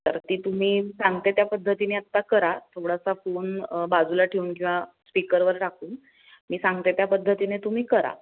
तर ती तुम्ही सांगते त्या पद्धतीने आता करा थोडासा फोन बाजूला ठेवून किंवा स्पीकरवर टाकून मी सांगते त्या पद्धतीने तुम्ही करा